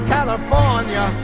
California